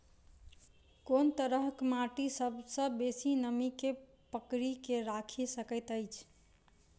कोन तरहक माटि सबसँ बेसी नमी केँ पकड़ि केँ राखि सकैत अछि?